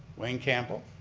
wayne campbell.